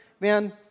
man